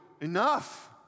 enough